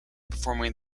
performing